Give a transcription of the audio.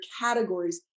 categories